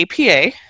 APA